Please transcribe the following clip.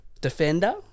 Defender